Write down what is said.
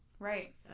Right